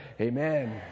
amen